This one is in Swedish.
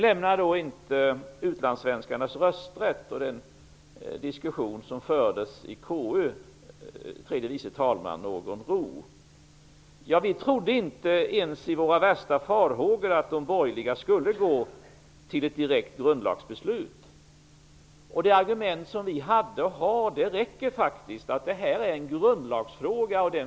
Frågan om utlandssvenskarnas rösträtt och den diskussion som fördes i KU lämnar inte tredje vice talmannen någon ro. Vi trodde inte ens i våra vildaste fantasier att de borgerliga skulle vilja ha ett direkt grundlagsbeslut. Det argument som vi hade och har räcker faktiskt. Detta är en grundlagsfråga.